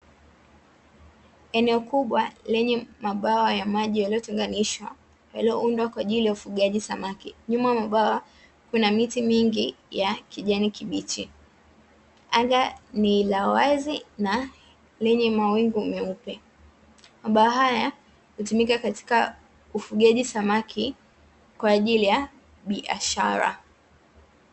Eneo kubwa lenye mabwawa ya maji yaliyotenganishwa, yaliyoundwa kwa ajili ya ufugaji samaki. Nyuma ya mabwawa kuna miti mingi ya kijani kibichi. Anga ni la wazi na lenye mawingu meupe. Mabwawa haya hutumika katika ufugaji samaki, kwa ajili ya biashara.